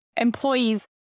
employees